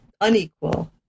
unequal